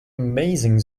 amazing